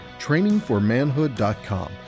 trainingformanhood.com